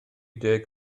deg